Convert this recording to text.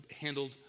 handled